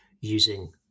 using